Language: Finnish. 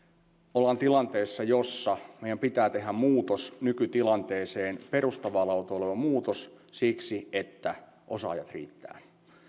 ollaan tilanteessa jossa meidän pitää tehdä muutos nykytilanteeseen perustavaa laatua oleva muutos siksi että osaajia riittäisi tämä tulee